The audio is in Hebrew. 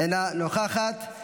אינה נוכחת.